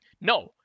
no